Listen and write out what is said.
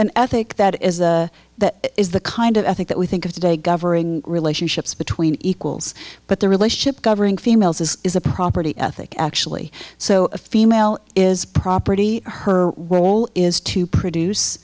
an ethic that is that is the kind of i think that we think of today governing relationships between equals but the relationship covering females is a property ethic actually so a female is property her role is to produce